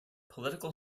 political